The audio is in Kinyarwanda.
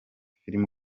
film